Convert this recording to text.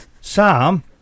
Sam